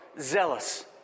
Zealous